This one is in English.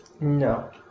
No